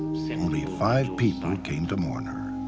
only five people came to mourn her.